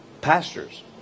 pastors